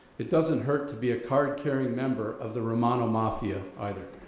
it doesn't hurt to be a card carrying member of the romano mafia, either.